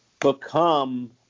become